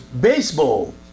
baseball